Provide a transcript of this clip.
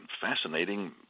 fascinating